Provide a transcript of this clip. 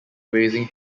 raising